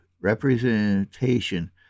representation